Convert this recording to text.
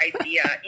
idea